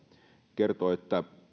kertoo että